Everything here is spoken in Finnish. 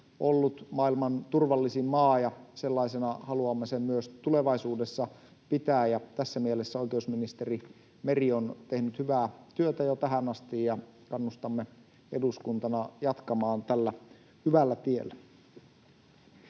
ollut maailman turvallisin maa, ja sellaisena haluamme sen myös tulevaisuudessa pitää, ja tässä mielessä oikeusministeri Meri on tehnyt hyvää työtä jo tähän asti, ja kannustamme eduskuntana jatkamaan tällä hyvällä tiellä.